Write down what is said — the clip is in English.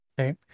Okay